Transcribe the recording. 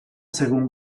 zaigun